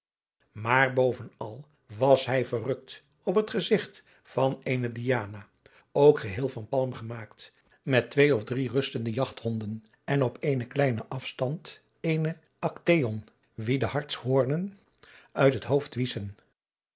maar bovenal was hij verrukt op het gezigt van eene diana ook geheel van palm gemaakt met twee of drie rustende jagthonden en op eenen kleinen afstand eenen actaeon wien de hartshorenen uit het hoofd wiessen